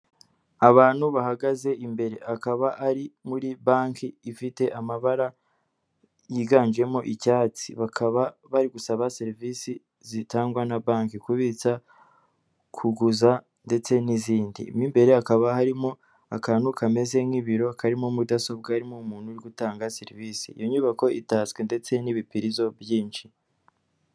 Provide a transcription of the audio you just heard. Abantu bahagaze imbere akaba ari muri banki ifite amabara yiganjemo icyatsi, bakaba bari gusaba serivisi zitangwa na banki, kubitsa, kuguza ndetse n'izindi. Imberere hakaba harimo akantu kameze nk'ibiro, karimo mudasobwa irimo umuntu uri gutanga serivisi. Iyo nyubako itatswe ndetse n'ibipirizo byinshi.